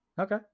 Okay